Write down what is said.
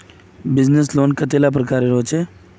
Business loan कतेला प्रकारेर होचे?